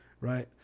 right